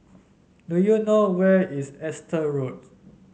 do you know where is Exeter Road